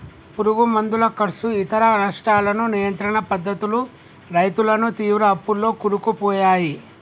పురుగు మందుల కర్సు ఇతర నష్టాలను నియంత్రణ పద్ధతులు రైతులను తీవ్ర అప్పుల్లో కూరుకుపోయాయి